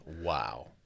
Wow